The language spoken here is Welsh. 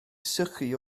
sychu